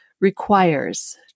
requires